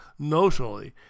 notionally